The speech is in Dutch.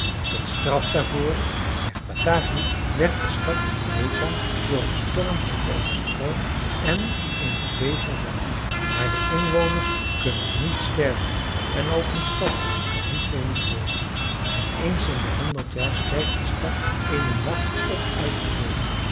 tot straf daarvoor zegt bataki werd de stad vineta door een stormvloed overstroomd en in de zee verzonken maar de inwoners kunnen niet sterven en ook hun stad kan niet verwoest worden en eens in de honderd jaar stijgt de stad in den nacht op uit de zee